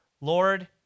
Lord